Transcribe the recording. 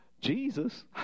Jesus